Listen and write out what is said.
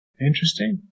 Interesting